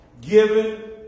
given